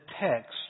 text